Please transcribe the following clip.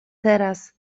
teraz